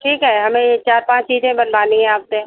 ठीक है हमें यह चार पाँच चीज़ें बनवानी है आपसे